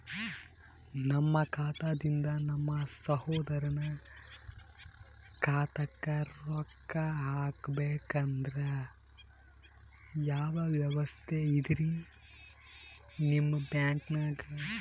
ನಮ್ಮ ಖಾತಾದಿಂದ ನಮ್ಮ ಸಹೋದರನ ಖಾತಾಕ್ಕಾ ರೊಕ್ಕಾ ಹಾಕ್ಬೇಕಂದ್ರ ಯಾವ ವ್ಯವಸ್ಥೆ ಇದರೀ ನಿಮ್ಮ ಬ್ಯಾಂಕ್ನಾಗ?